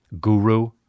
Guru